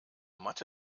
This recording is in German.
mathe